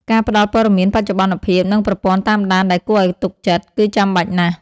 ការផ្តល់ព័ត៌មានបច្ចុប្បន្នភាព និងប្រព័ន្ធតាមដានដែលគួរឱ្យទុកចិត្ត គឺចាំបាច់ណាស់។